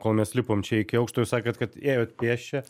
kol mes lipom čia iki aukšto jūs sakėt kad ėjot pėsčia